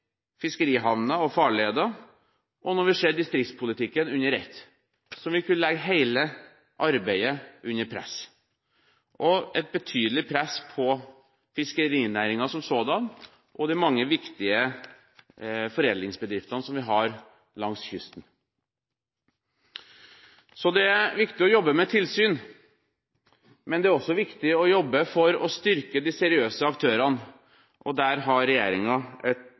fiskerihavner og farleder, og når vi ser distriktspolitikken under ett – som vil kunne legge hele arbeidet under press, og legge et betydelig press på fiskerinæringen som sådan og de mange viktige foredlingsbedriftene som vi har langs kysten. Så det er viktig å jobbe med tilsyn, men det er også viktig å jobbe for å styrke de seriøse aktørene, og der har